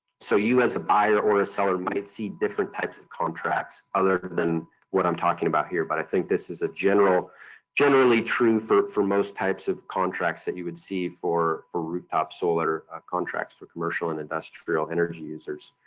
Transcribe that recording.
so, you as a buyer or a seller might see different types of contracts other than what i'm talking about here, but i think this is a general generally true for for most types of contracts that you would see for for rooftop solar contracts for commercial and industrial energy users.